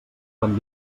quan